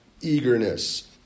eagerness